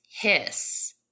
hiss